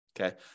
Okay